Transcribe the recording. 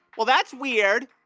well, that's weird.